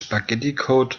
spaghetticode